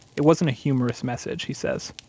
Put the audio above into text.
it wasn't a humorous message, he says.